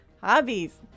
hobbies